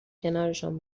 کنارشان